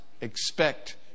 expect